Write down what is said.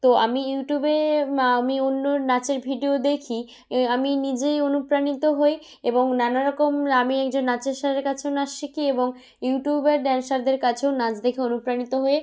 তো আমি ইউটিউবে মা আমি অন্য নাচের ভিডিও দেখি আমি নিজেই অনুপ্রাণিত হই এবং নানা রকম রা আমি একজন নাচের স্যারের কাছেও নাচ শিখি এবং ইউটিউবার ড্যান্সারদের কাছের নাচ দেখে অনুপ্রাণিত হয়ে